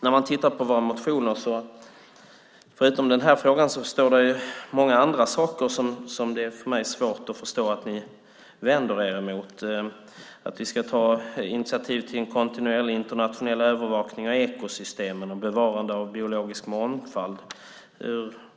När man tittar på våra motioner står det om många andra saker, förutom om den här frågan, som det är svårt för mig att förstå att ni vänder er mot. Varför vänder man sig mot att vi ska ta initiativ till en kontinuerlig internationell övervakning av ekosystemen och ett bevarande av biologisk mångfald?